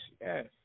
yes